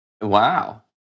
Wow